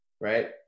right